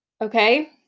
okay